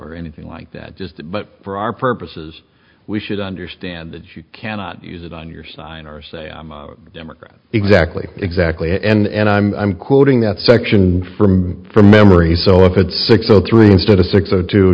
or anything like that but for our purposes we should understand that you cannot use it on yours or say i'm a democrat exactly exactly and i'm quoting that section from from memory so if it's six o three instead of six o t